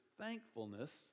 Thankfulness